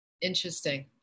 Interesting